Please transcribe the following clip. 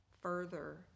further